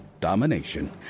domination